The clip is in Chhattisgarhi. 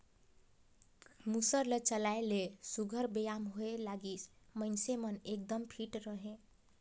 मूसर ल चलाए ले सुग्घर बेयाम होए लागिस, मइनसे मन एकदम फिट रहें